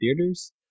theaters